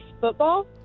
Football